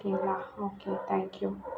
ஓகேங்களா okay thank you